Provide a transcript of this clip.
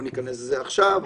לא ניכנס לזה עכשיו,